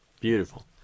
Beautiful